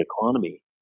economy